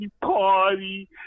Party